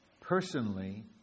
personally